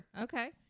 Okay